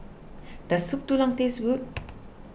does Soup Tulang taste good